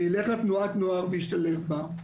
וילך לתנועת נוער וישתלב בה,